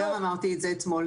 אני גם אמרתי את זה אתמול.